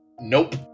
nope